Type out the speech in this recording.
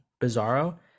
Bizarro